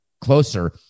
closer